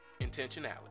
intentionality